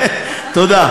לא פתרונות לעוני,